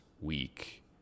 week